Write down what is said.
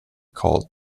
called